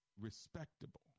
respectable